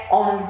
on